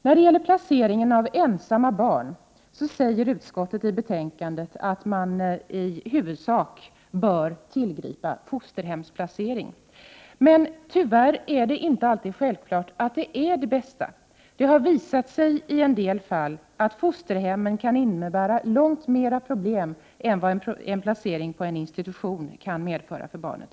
När det gäller placering av ensamma barn säger utskottet i betänkandet att man i huvudsak bör tillgripa fosterhemsplacering. Tyvärr är det inte självklart att det alltid är det bästa för barnet. Det har visat sig i en del fall att fosterhemsplacering kan innebära långt fler problem än vad en placering på en institution kan medföra för barnet.